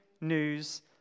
news